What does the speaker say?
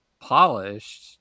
polished